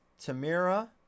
Tamira